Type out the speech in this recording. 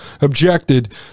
objected